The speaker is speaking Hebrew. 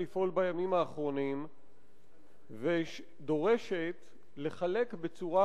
לפעול בימים האחרונים ודורשת לחלק בצורה